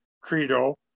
credo